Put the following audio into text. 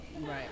Right